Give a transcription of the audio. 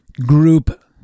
group